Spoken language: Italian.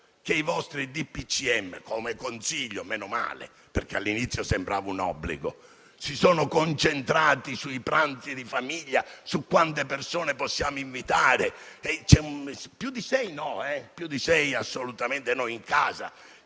del Consiglio - come consiglio, meno male, perché all'inizio sembrava un obbligo - si sono concentrati sui pranzi di famiglia e su quante persone possiamo invitare: non più di sei in casa, assolutamente no.